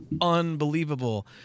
unbelievable